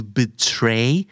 betray